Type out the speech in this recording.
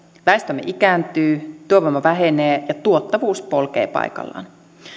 väestömme ikääntyy työvoima vähenee ja tuottavuus polkee paikallaan